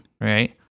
Right